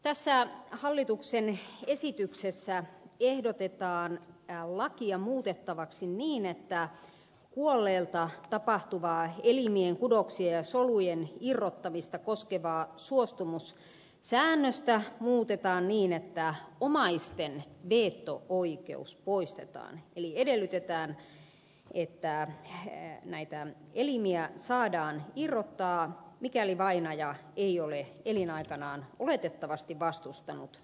tässä hallituksen esityksessä ehdotetaan lakia muutettavaksi niin että kuolleelta tapahtuvaa elimien kudoksien ja solujen irrottamista koskevaa suostumussäännöstä muutetaan niin että omaisten veto oikeus poistetaan eli edellytetään että näitä elimiä saadaan irrottaa mikäli vainaja ei ole elinaikanaan oletettavasti vastustanut toimenpidettä